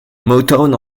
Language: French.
motown